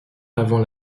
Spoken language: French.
avant